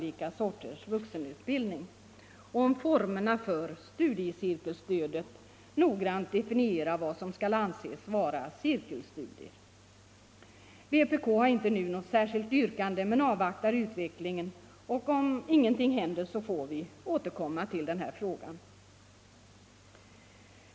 olika sorters vuxenutbildning och om formerna för studiecirkelstödet Vuxenutbildningen, samt definitionen av vad som skall anses vara cirkelstudier. Vpk har — m.m. inte nu något särskilt yrkande men avvaktar utvecklingen, och om ingenting händer får vi återkomma till den här frågan.